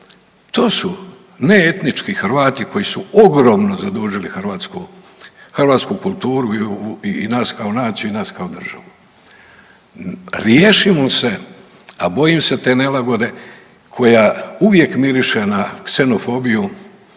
to su neetnički Hrvati koji su ogromno zadužili hrvatsku kulturu i nas kao naciju i nas kao državu. Riješimo se, a bojim se te nelagode koja uvijek miriše na ksenofobiju,